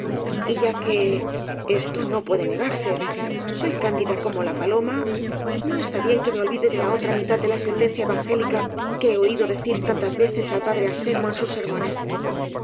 y por mí y ya que esto no puede negarse soy cándida como la paloma no está bien que me olvide de la otra mitad de la sentencia evangélica que he oído decir tantas veces al padre anselmo en sus sermones